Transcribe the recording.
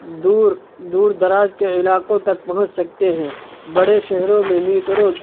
دور دور دراز کے علاقوں تک پہنچ سکتے ہیں بڑے شہروں میں میٹروں